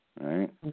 right